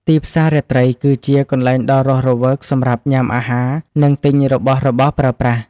ទីផ្សាររាត្រីគឺជាកន្លែងដ៏រស់រវើកសម្រាប់ញ៉ាំអាហារ និងទិញរបស់របរប្រើប្រាស់។